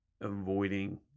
avoiding